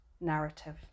narrative